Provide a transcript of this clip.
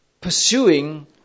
pursuing